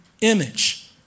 image